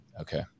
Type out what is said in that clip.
Okay